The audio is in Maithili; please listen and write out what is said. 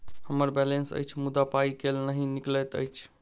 हम्मर बैलेंस अछि मुदा पाई केल नहि निकलैत अछि?